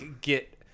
get